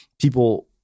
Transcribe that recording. people